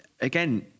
again